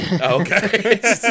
Okay